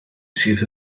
sydd